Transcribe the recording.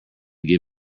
give